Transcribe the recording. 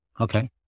Okay